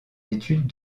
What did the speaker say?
études